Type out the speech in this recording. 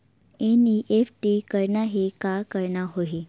NEFT करना हे का करना होही?